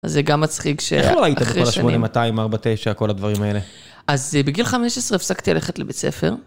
אז זה גם מצחיק שאחרי שנים. איך לא היית בכל ה 8200, 49, כל הדברים האלה? אז בגיל 15 הפסקתי ללכת לבית ספר.